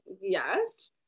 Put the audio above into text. yes